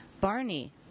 Barney